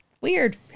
weird